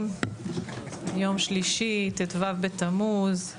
צוהריים טובים, יום שלישי, ט"ו בתמוז.